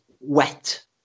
wet